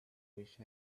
wished